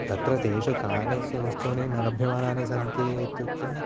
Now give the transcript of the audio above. तत्र तेषु कानिषु वस्तूनि न लभ्यमानानि सन्ति इत्युक्ते